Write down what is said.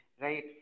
Right